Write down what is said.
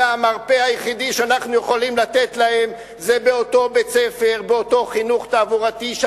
והמרפא היחידי שאנחנו יכולים לתת להם זה אותו חינוך תעבורתי בבית-הספר,